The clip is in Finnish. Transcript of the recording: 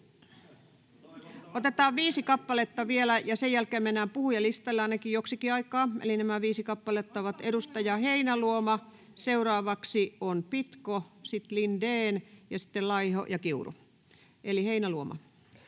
otetaan viisi kappaletta vielä, ja sen jälkeen mennään puhujalistaan, ainakin joksikin aikaa. Eli nämä viisi kappaletta ovat edustaja Heinäluoma, seuraavaksi Pitko, sitten Lindén ja sitten Laiho ja Kiuru. — Eli Heinäluoma.